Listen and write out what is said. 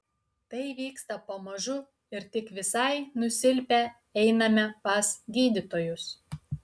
tai vyksta pamažu ir tik visai nusilpę einame pas gydytojus